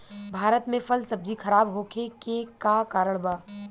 भारत में फल सब्जी खराब होखे के का कारण बा?